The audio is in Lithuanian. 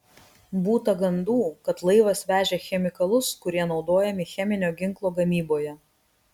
būta gandų kad laivas vežė chemikalus kurie naudojami cheminio ginklo gamyboje